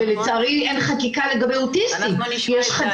נשמע את דני בהיבט הזה.